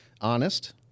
Honest